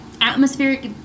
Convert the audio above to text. atmospheric